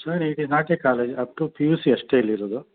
sir it is not a college up to P U C ಅಷ್ಟೆ ಇಲ್ಲಿರೋದು